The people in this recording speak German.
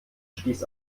stieß